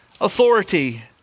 authority